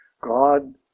God